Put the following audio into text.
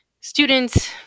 students